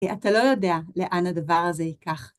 כי אתה לא יודע לאן הדבר הזה ייקח.